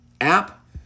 app